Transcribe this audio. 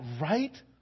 right